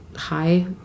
hi